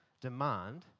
demand